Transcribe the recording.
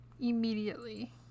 immediately